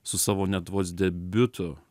su savo net vos debiutu